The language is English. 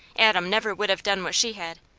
adam never would have done what she had.